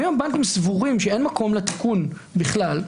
אם הבנקים סבורים שאין מקום לתיקון בכלל,